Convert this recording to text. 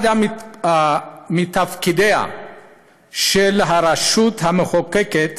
אחד מתפקידיה של הרשות המחוקקת